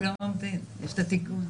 יש את התיקון.